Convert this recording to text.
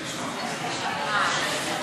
נתקבל.